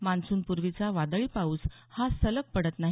मान्सूनपूर्वीचा वादळी पाऊस हा सलग पडत नाही